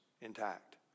intact